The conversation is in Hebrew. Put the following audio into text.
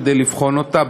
כדי לבחון אותה,